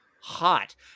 hot